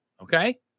Okay